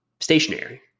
stationary